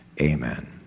amen